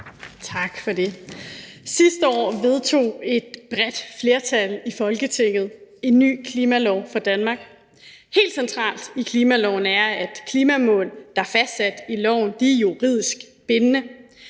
Tak for det. Sidste år vedtog et bredt flertal i Folketinget en ny klimalov for Danmark. Helt centralt i klimaloven er, at klimamål, der er fastsat i loven, er juridisk bindende,